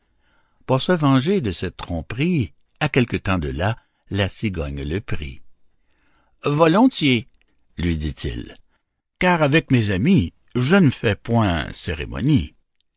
pour se venger de cette tromperie à quelque temps de là la cigogne le prie volontiers lui dit-il car avec mes amis je ne fais point cérémonie